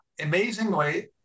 Amazingly